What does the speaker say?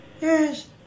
Yes